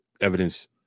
evidence